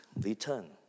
return